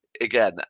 Again